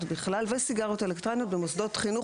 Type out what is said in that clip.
בכלל וסיגריות אלקטרוניות במוסדות חינוך,